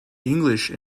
english